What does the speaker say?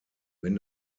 wenn